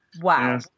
Wow